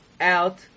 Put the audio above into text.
out